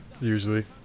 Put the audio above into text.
Usually